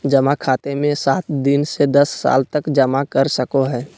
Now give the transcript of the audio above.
जमा खाते मे सात दिन से दस साल तक जमा कर सको हइ